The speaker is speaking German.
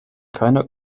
keiner